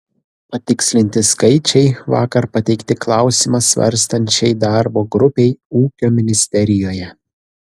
patikslinti skaičiai vakar pateikti klausimą svarstančiai darbo grupei ūkio ministerijoje